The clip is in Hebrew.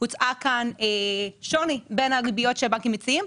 הוצג כאן שוני בין הריביות שהבנקים מציעים.